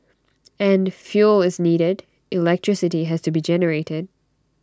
and fuel is needed electricity has to be generated